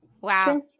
wow